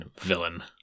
villain